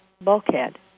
bulkhead